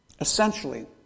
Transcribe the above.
Essentially